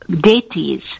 deities